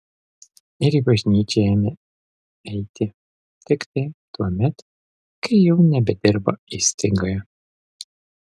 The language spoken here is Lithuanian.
ir į bažnyčią ėmė eiti tiktai tuomet kai jau nebedirbo įstaigoje